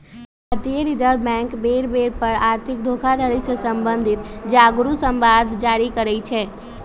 भारतीय reserve bank बेर बेर पर आर्थिक धोखाधड़ी से सम्बंधित जागरू समाद जारी करइ छै